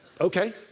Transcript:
okay